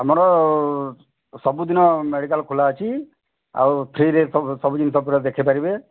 ଆମର ସବୁଦିନ ମେଡ଼ିକାଲ୍ ଖୁଲା ଅଛି ଆଉ ଫ୍ରିରେ ସବୁ ଜିନିଷ ପୁରା ଦେଖାଇ ପାରିବେ